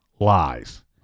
Lies